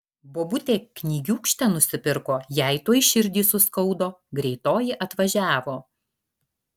bobutė knygiūkštę nusipirko jai tuoj širdį suskaudo greitoji atvažiavo